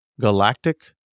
Galactic